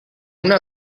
una